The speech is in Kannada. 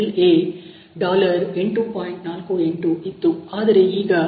48 ಇತ್ತು ಆದರೆ ಈಗ ಅದು 9